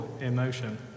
emotion